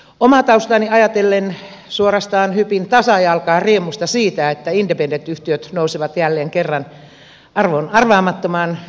omaa taustaani ajatellen suorastaan hypin ta sajalkaa riemusta siitä että independent yhtiöt nousevat jälleen kerran arvoon arvaamattomaan